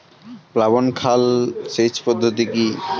প্লাবন খাল সেচ পদ্ধতি কি?